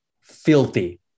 filthy